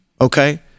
okay